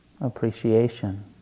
appreciation